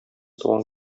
туган